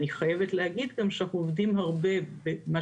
אני חייבת להגיד שאנחנו עובדים הרבה בכל